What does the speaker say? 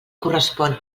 correspon